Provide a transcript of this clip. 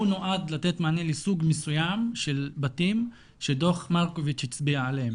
הוא נועד לתת מענה לסוג מסוים של בתים שדו"ח מרקוביץ הצביע עליהם,